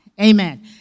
Amen